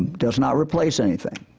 does not replace anything,